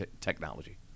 technology